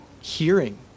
hearing